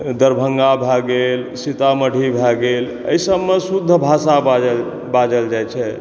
दरभंगा भए गेल सीतामढ़ी भए गेल एहि सबमे शुद्ध भाषा बाज़ल जाइ छै